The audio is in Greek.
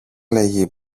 λέγει